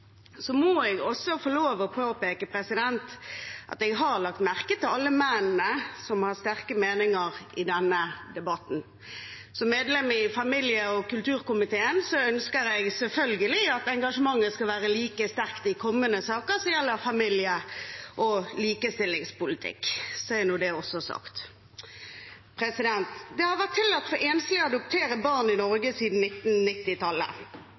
må også få lov til å påpeke at jeg har lagt merke til alle mennene som har sterke meninger i denne debatten. Som medlem i familie- og kulturkomiteen ønsker jeg selvfølgelig at engasjementet skal være like sterkt i kommende saker som gjelder familie- og likestillingspolitikk – så er det også sagt. Det har vært tillatt for enslige å adoptere barn i